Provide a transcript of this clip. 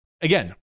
again